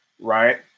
right